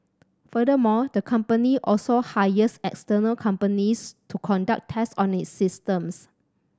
furthermore the company also hires external companies to conduct test on its systems